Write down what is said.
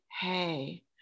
Hey